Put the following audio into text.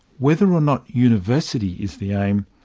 whether or not university is the aim,